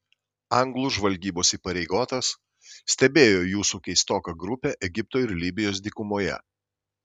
anglų žvalgybos įpareigotas stebėjo jūsų keistoką grupę egipto ir libijos dykumoje